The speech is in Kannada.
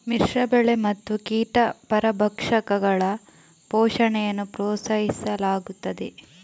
ಮಿಶ್ರ ಬೆಳೆ ಮತ್ತು ಕೀಟ ಪರಭಕ್ಷಕಗಳ ಪೋಷಣೆಯನ್ನು ಪ್ರೋತ್ಸಾಹಿಸಲಾಗುತ್ತದೆ